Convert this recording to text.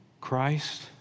Christ